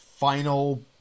final